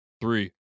three